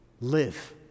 live